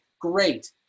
great